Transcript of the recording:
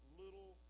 little